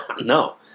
No